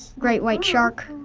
great white shark.